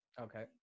Okay